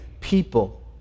people